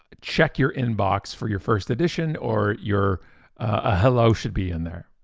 check your inbox for your first edition or your ah hello should be in there.